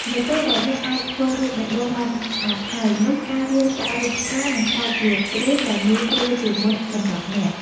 នៅពេលដែលអ្នកអាចធ្វើរូបបេះដូងបានស្អាតហើយ នោះការរៀនចាក់រូបផ្កានឹងក្លាយជារឿងដែលងាយស្រួលជាងមុនសម្រាប់អ្នក។